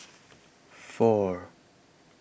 four